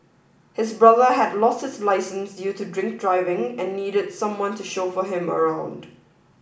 his brother had lost his licence due to drink driving and needed someone to chauffeur him around